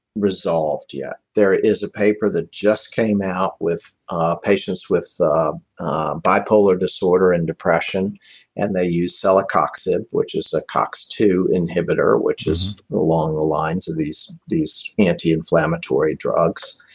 resolved yet. there is a paper that just came out with ah patients with um ah bipolar disorder and depression and they use celecoxib, which is a cox two inhibitor, which is along the lines of these these anti-inflammatory drugs.